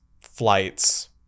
flights